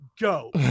go